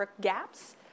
gaps